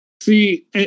See